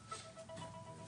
בזמן הזה הם